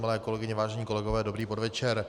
Milé kolegyně, vážení kolegové, dobrý podvečer.